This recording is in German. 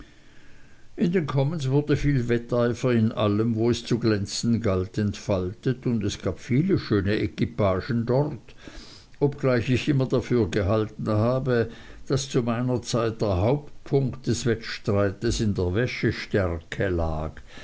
in den commons wurde viel wetteifer in allem wo es zu glänzen galt entfaltet und es gab viele schöne equipagen dort obgleich ich immer dafür gehalten habe daß zu meiner zeit der hauptpunkt des wettstreites in der wäschestärke lag